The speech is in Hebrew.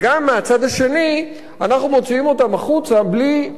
אנחנו מוציאים אותם החוצה בלי לאפשר להם יכולת לעבוד,